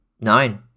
nine